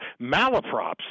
malaprops